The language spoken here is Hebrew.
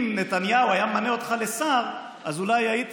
אם נתניהו היה ממנה אותך לשר אז אולי הייתי